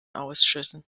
ausschüssen